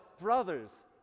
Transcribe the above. brothers